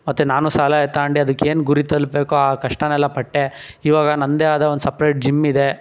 ಮತ್ತು ನಾನು ಸಲಹೆ ತಗಂಡಿ ಅದ್ಕೇನು ಗುರಿ ತಲುಪ್ಬೇಕು ಆ ಕಷ್ಟನೆಲ್ಲ ಪಟ್ಟೆ ಇವಾಗ ನನ್ನದೇ ಆದ ಒಂದು ಸಪ್ರೇಟ್ ಜಿಮ್ ಇದೆ